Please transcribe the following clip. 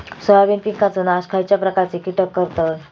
Soybean पिकांचो नाश खयच्या प्रकारचे कीटक करतत?